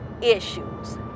issues